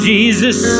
Jesus